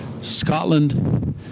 Scotland